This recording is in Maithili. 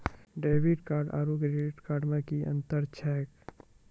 डेबिट कार्ड आरू क्रेडिट कार्ड मे कि अन्तर छैक?